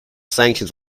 sanctions